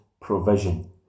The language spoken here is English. provision